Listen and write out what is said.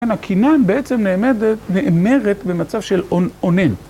הקינה בעצם נעמדת, נאמרת, במצב של אונן.